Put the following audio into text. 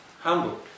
humble